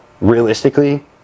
realistically